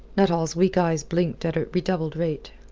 nuttall's weak eyes blinked at a redoubled rate.